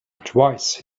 twice